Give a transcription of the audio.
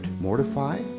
Mortify